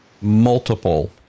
multiple